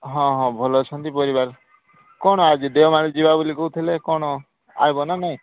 ହଁ ହଁ ଭଲ ଅଛନ୍ତି ପରିବାର କ'ଣ ଆଜି ଦେଓମାଳି ଯିବା ବୋଲି କହୁଥିଲେ କଣ ଆସିବ ନା ନାଇଁ